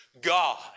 God